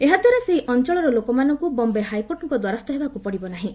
ଏହାଦ୍ୱାରା ସେହି ଅଞ୍ଚଳର ଲୋକମାନଙ୍କୁ ବମ୍ବେ ହାଇକୋର୍ଟଙ୍କ ଦ୍ୱାରସ୍ଥ ହେବାକୁ ପଡିବ ନାହିଁ